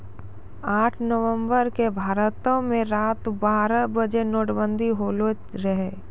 आठ नवम्बर के भारतो मे रात बारह बजे नोटबंदी होलो रहै